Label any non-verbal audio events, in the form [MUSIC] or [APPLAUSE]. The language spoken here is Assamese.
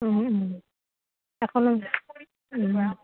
[UNINTELLIGIBLE]